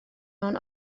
mewn